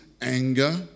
anger